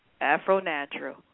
afro-natural